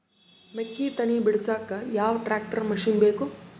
ಮೆಕ್ಕಿ ತನಿ ಬಿಡಸಕ್ ಯಾವ ಟ್ರ್ಯಾಕ್ಟರ್ ಮಶಿನ ಬೇಕು?